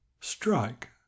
Strike